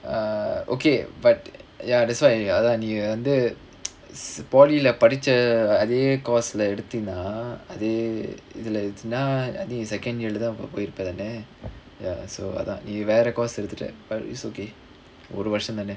err okay but ya that's why அதான் நீ வந்து:athan nee vanthu polytechnic leh படிச்ச அதே:padicha athae course leh எடுத்தீனா அதே இதுல நீ:edutheenaa athae ithula nee second year leh தான் அப்ப போயிருப்ப தானே:thaan appa poyiruppa thanae ya so அதான் நீ வேற:athaan nee vera course எடுத்துட்ட:eduthutta but it's okay ஒரு வருஷம் தானே:oru varusham thanae